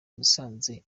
musanze